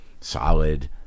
solid